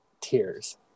tears